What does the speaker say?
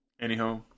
Anyhow